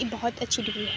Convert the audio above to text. ایک بہت اچھی ڈگری ہے